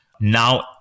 now